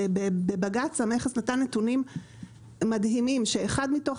כי המכס נתן בבג"ץ נתונים מדהימים לפיהם אחד מתוך